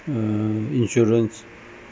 uh insurance